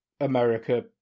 America